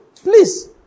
Please